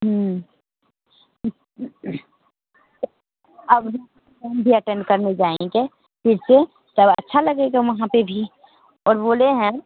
अब हम भी अटेंड करने जाएँगे ठीक है तब अच्छा लगेगा वहाँ पे भी और बोलें हैं